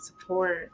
support